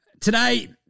Today